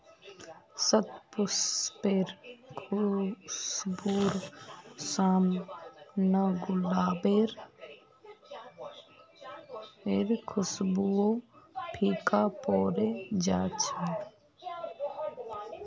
शतपुष्पेर खुशबूर साम न गुलाबेर खुशबूओ फीका पोरे जा छ